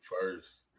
first